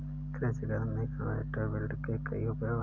कृषि जगत में कन्वेयर बेल्ट के कई उपयोग हैं